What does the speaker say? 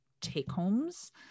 take-homes